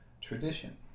tradition